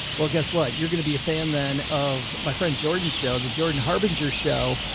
well, guess what, you're going to be a fan then of my friend jordan's show the jordan harbinger show.